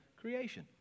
creation